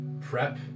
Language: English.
prep